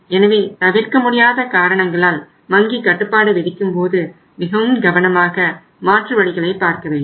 எனவே தவிர்க்க முடியாத காரணங்களால் வங்கி கட்டுப்பாடு விதிக்கும் போது மிகவும் கவனமாக மாற்று வழிகளை பார்க்க வேண்டும்